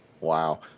Wow